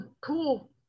cool